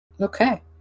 Okay